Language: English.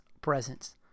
presence